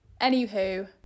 Anywho